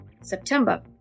September